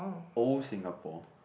old Singapore